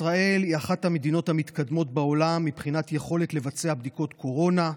ישראל היא אחת המדינות המתקדמות בעולם מבחינת יכולת לבצע בדיקות קורונה.